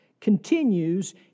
continues